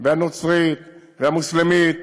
והנוצרית, והמוסלמית,